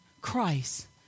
Christ